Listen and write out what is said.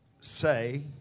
say